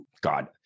God